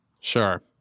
Sure